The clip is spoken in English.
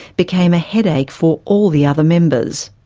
became a headache for all the other members.